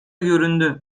göründü